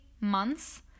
months